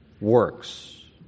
works